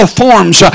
forms